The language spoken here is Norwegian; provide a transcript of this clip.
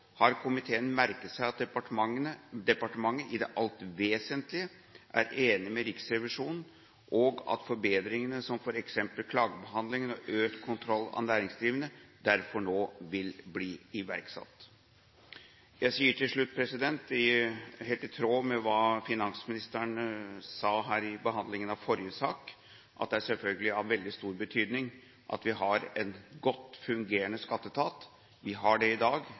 har komiteen merket seg at departementet i det alt vesentlige er enig med Riksrevisjonen, og at forbedringene – som f.eks. klagebehandlingen og økt kontroll av næringsdrivende – derfor nå vil bli iverksatt. Jeg sier til slutt, helt i tråd med hva finansministeren sa i behandlingen av forrige sak, at det selvfølgelig er av veldig stor betydning at vi har en godt fungerende skatteetat. Vi har det i dag,